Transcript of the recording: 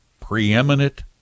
preeminent